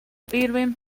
irving